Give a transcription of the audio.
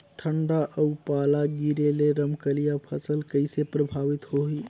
ठंडा अउ पाला गिरे ले रमकलिया फसल कइसे प्रभावित होही?